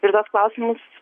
ir tuos klausimus